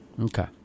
Okay